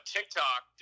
TikTok